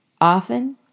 Often